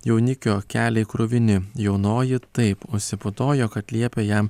jaunikio keliai kruvini jaunoji taip užsiputojo kad liepė jam